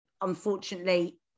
Unfortunately